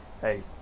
hey